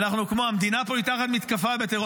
שהמדינה פה היא תחת מתקפה וטרור.